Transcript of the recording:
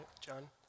John